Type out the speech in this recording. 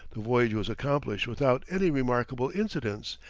the voyage was accomplished without any remarkable incidents,